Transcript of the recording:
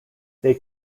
they